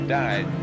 died